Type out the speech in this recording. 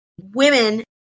women